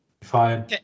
Fine